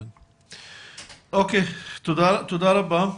תודה רבה.